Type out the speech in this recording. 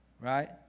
right